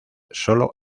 solo